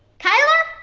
kyler?